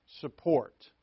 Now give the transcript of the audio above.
support